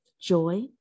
joy